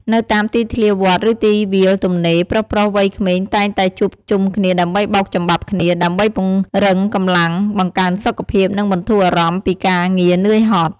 នៅតាមទីធ្លាវត្ត ឬទីវាលទំនេរ ប្រុសៗវ័យក្មេងតែងតែជួបជុំគ្នាដើម្បីបោកចំបាប់គ្នា ដើម្បីពង្រឹងកម្លាំង បង្កើនសុខភាព និងបន្ធូរអារម្មណ៍ពីការងារនឿយហត់។